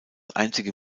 einzige